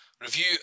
review